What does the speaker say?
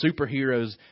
superheroes